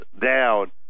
down